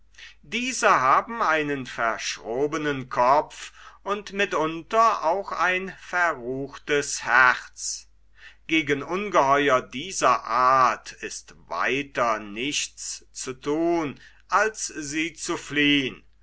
diese haben einen verschrobnen kopf und mitunter auch ein verruchtes herz gegen ungeheuer dieser art ist weiter nichts zu thun als sie zu fliehen